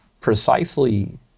precisely